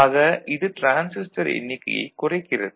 ஆக இது டிரான்சிஸ்டர் எண்ணிக்கையைக் குறைக்கிறது